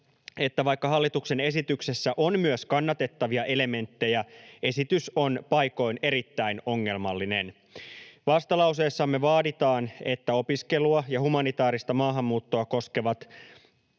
että vaikka hallituksen esityksessä on myös kannatettavia elementtejä, esitys on paikoin erittäin ongelmallinen. Vastalauseessamme vaaditaan, että opiskelua ja humanitaarista maahanmuuttoa koskevat